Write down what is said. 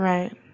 Right